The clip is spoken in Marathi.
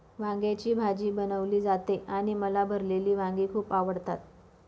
वांग्याची भाजी बनवली जाते आणि मला भरलेली वांगी खूप आवडतात